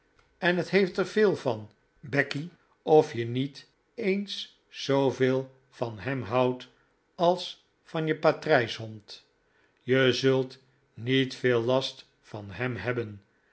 en het heeft er veel van becky of je niet eens zooveel van hem houdt als van je patrijshond je zult niet veel last van hem hebben